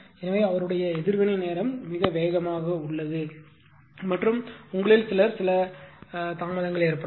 எனவே அவருடைய எதிர்வினை நேரம் மிக வேகமாக உள்ளது மற்றும் உங்களில் சிலர் சில தாமதங்கள் ஏற்படலாம்